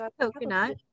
Coconut